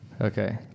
Okay